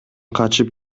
качып